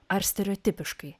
ar stereotipiškai